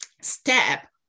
step